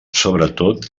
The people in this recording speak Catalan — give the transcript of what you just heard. sobretot